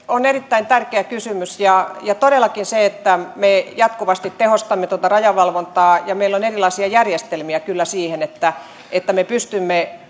on erittäin tärkeä kysymys todellakin me jatkuvasti tehostamme tuota rajavalvontaa ja meillä on erilaisia järjestelmiä kyllä siihen että että me pystymme